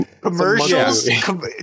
Commercials